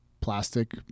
plastic